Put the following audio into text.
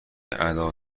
ادا